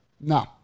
No